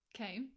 Okay